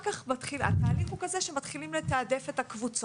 כך התהליך הוא כזה שמתחילים לתעדף את הקבוצות.